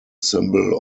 symbol